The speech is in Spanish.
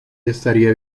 estaría